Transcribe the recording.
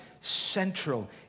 central